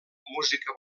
música